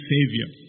Savior